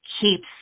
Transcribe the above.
keeps